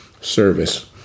service